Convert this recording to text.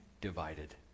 divided